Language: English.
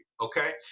Okay